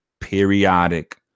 periodic